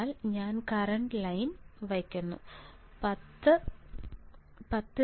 അതിനാൽ ഞാൻ current line വയ്ക്കുന്നു